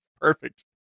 Perfect